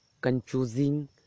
confusing